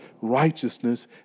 righteousness